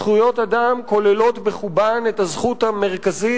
זכויות אדם טומנות בחובן את הזכות המרכזית,